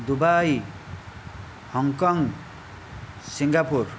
Dubai Hong Kong Singapore